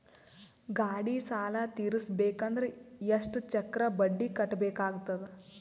ಗಾಡಿ ಸಾಲ ತಿರಸಬೇಕಂದರ ಎಷ್ಟ ಚಕ್ರ ಬಡ್ಡಿ ಕಟ್ಟಬೇಕಾಗತದ?